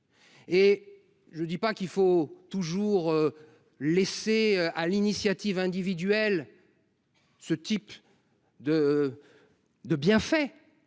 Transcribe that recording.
Je ne dis pas qu’il faut toujours laisser à l’initiative individuelle la charge de ces bienfaits,